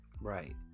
Right